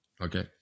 Okay